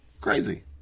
crazy